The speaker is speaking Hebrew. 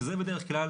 שזה בדרך כלל